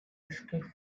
escape